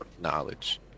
knowledge